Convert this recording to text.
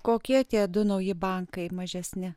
kokie tie du nauji bankai mažesni